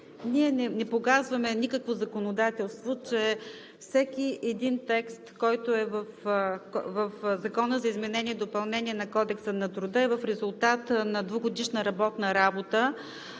ние не погазваме никакво законодателство, че всеки един текст в Закона за изменение и допълнение на Кодекса на труда е в резултат на двегодишна работна работа